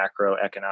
macroeconomic